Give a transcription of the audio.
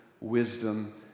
wisdom